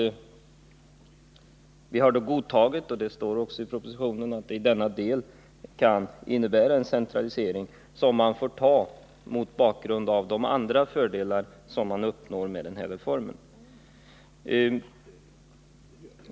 Vi har godtagit att det som står i propositionen i denna del kan innebära en centralisering som man får ta mot bakgrund av de andra fördelar man uppnår med denna reform.